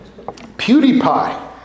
PewDiePie